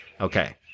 Okay